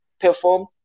perform